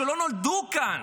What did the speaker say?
שלא נולדו כאן,